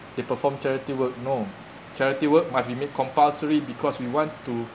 they perform charity work no charity work must be made compulsory because we want to